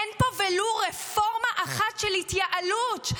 אין פה ולו רפורמה אחת של התייעלות,